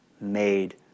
made